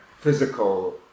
physical